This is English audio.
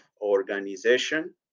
organization